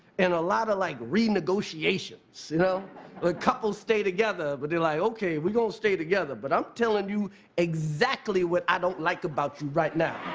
and a lot of like renegotiations you know ah couples stay together but they're like okay, we're going to stay together but i'm telling you exactly what i don't like about you right now.